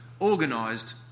organised